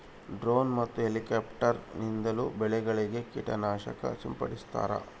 drone ಮತ್ತು helicopter ನಿಂದಲೂ ಬೆಳೆಗಳಿಗೆ ಕೀಟ ನಾಶಕ ಸಿಂಪಡಿಸ್ತಾರ